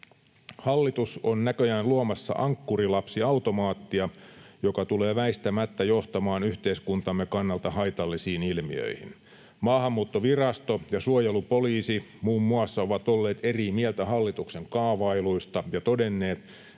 Hallitus on näköjään luomassa ankkurilapsiautomaattia, joka tulee väistämättä johtamaan yhteiskuntamme kannalta haitallisiin ilmiöihin. Maahanmuuttovirasto ja suojelupoliisi, muun muassa, ovat olleet eri mieltä hallituksen kaavailuista ja todenneet,